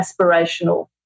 aspirational